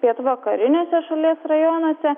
pietvakariniuose šalies rajonuose